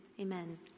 Amen